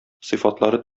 сыйфатлары